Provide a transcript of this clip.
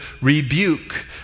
rebuke